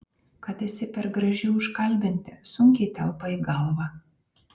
kad esi per graži užkalbinti sunkiai telpa į galvą